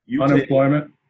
Unemployment